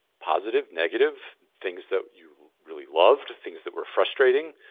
positive, negative, things that you really loved, things that were frustrating,